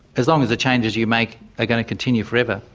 as long as the changes you make are going to continue forever,